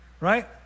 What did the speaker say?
Right